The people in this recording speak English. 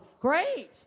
Great